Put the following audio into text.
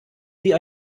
sie